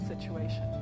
situation